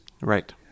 Right